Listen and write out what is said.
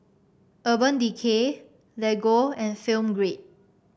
Urban Decay Lego and Film Grade